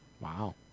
Wow